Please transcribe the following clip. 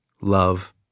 love